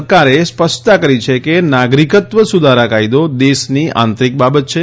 સરકારે સ્પષ્ટતા કરી છે કે નાગરિકત્વ સુધારા કાયદો દેશની આંતરિક બાબત છે